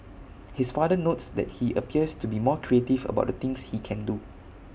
his father notes that he appears to be more creative about the things he can do